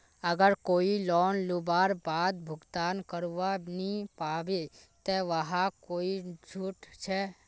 अगर कोई लोन लुबार बाद भुगतान करवा नी पाबे ते वहाक कोई छुट छे?